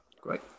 great